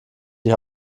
die